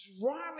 drawing